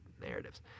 narratives